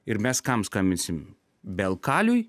ir mes kam skambinsim bel kaliui